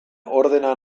ordena